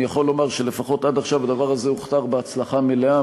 אני יכול לומר שלפחות עד עכשיו הדבר הזה הוכתר בהצלחה מלאה.